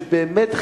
שבאמת חרדים,